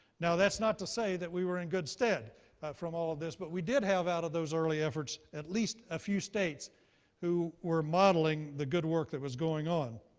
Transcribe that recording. now, that's not to say that we were in good stead from all of this, but we did have, out of those early efforts, at least a few states who were modeling the good work that was going on.